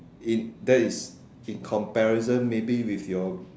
in that is in comparison maybe with your